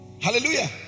Hallelujah